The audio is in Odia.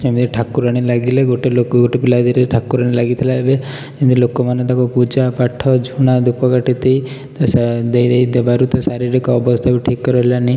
ଏବେ ଠାକୁରାଣୀ ଲାଗିଲେ ଗୋଟେ ଲୋକ ଗୋଟେ ପିଲା ଦେହରେ ଠାକୁରାଣୀ ଲାଗିଥିଲା ଏବେ ସେମିତି ଲୋକମାନେ ତାକୁ ପୂଜାପାଠ ଝୁଣା ଧୂପକାଠି ଦେଇ ଦେଇ ଦେଇ ଦେବାରୁ ତା ଶାରୀରିକ ଅବସ୍ଥା ବି ଠିକ୍ ରହିଲାନି